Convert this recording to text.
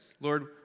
Lord